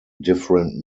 different